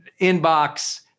inbox